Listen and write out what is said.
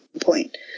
point